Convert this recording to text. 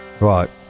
right